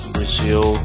Brazil